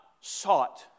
sought